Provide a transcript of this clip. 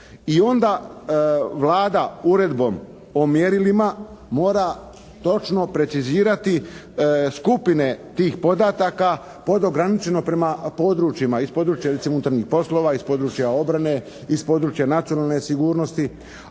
I onda Vlada Uredbom o mjerilima mora točno precizirati skupine tih podataka pod ograničeno prema područjima. Iz područja recimo unutarnjih poslova, iz područja obrane, iz područja nacionalne sigurnosti.